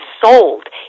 sold